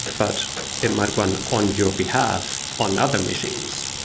but it might run on your behalf on other machines.